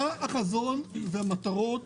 מה החזון והמטרות